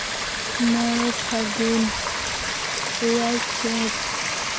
ᱢᱚᱬᱮ ᱯᱷᱟᱹᱜᱩᱱ ᱮᱭᱟᱭ ᱪᱟᱹᱛ